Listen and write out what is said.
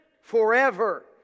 forever